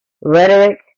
rhetoric